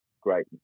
great